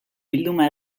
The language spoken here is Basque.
bilduma